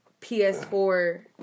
PS4